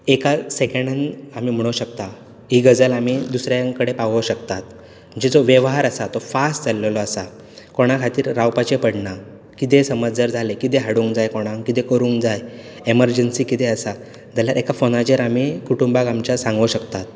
एका सेकंडान आमी म्हणूक शकतात ही गजाल आमी दुसऱ्या कडेन पावोवंक शकतात जो व्यवहार आसा तो फास्ट जाल्लो आसा कोणा खातीर रावपाचें पडना कितेंय समज जर जालें कितेंय हाडूंक जाय कोणाक कितेंय करूंक जाय एमरजंसी कितेंय आसा जाल्यार एका फोनाचेर आमी कुटुंबाक आमच्या सांगूंक शकतात